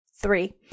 Three